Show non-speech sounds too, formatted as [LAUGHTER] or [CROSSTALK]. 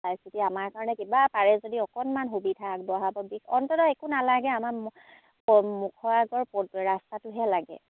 চাই চিতি আমাৰ কাৰণে কিবা পাৰে যদি অকণমান সুবিধা আগবঢ়াব [UNINTELLIGIBLE] অন্ততঃ একো নালাগে আমাৰ [UNINTELLIGIBLE] মুখৰ আগৰ ৰাস্তাটোহে লাগে